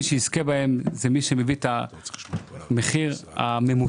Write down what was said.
מי שיזכה בהם זה מי שמביא את המחיר הממוצע,